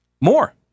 more